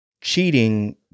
cheating